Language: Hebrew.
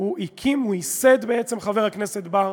הוא הקים, הוא ייסד בעצם, חבר הכנסת בר,